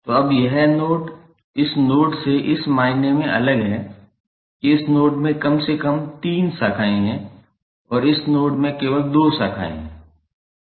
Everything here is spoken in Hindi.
तो अब यह नोड इस नोड से इस मायने में अलग है कि इस नोड में कम से कम तीन शाखाएँ हैं और इस नोड में केवल दो शाखाएँ हैं